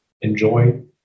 enjoy